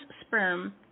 sperm